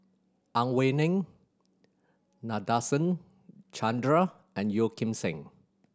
Ang Wei Neng Nadasen Chandra and Yeo Kim Seng